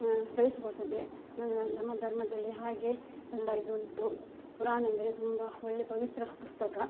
ಕಲಿಸಿ ಕೊಡ್ತದೆ ನಮ್ಮ ಧರ್ಮದಲ್ಲಿ ಹಾಗೆ ಎಲ್ಲ ಇದು ಉಂಟು ಕುರಾನ್ ಅಂದರೆ ತುಂಬ ಒಳ್ಳೆ ಪವಿತ್ರ ಪುಸ್ತಕ